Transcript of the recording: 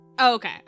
Okay